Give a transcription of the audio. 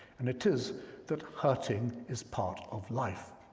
and it is that hurting is part of life.